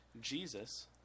Jesus